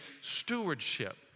stewardship